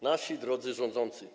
Nasi Drodzy Rządzący!